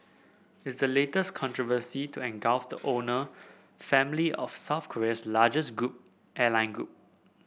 is the latest controversy to engulf the owner family of South Korea's largest group airline group